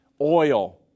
oil